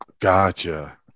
Gotcha